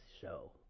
show